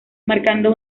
marcando